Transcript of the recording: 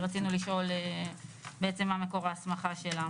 שרצינו לשאול בעצם מה מקור ההסמכה שלה.